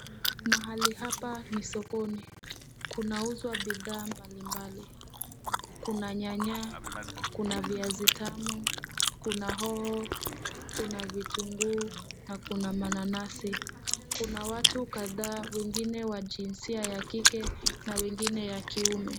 Mahali hapa ni sokoni, kunauzwa bidhaa mbali mbali kuna nyanya, kuna viazi tamu, kuna hoho, kuna vitunguu na kuna mananasi. Kuna watu kadhaa wengine wa jinsia ya kike na wengine ya kiume.